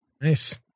nice